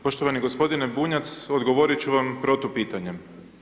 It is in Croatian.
Poštovani gospodine Bunjac, odgovorit ću vam protupitanjem.